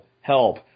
Help